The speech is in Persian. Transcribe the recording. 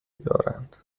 دارند